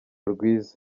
rwiza